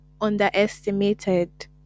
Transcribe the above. underestimated